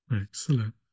excellent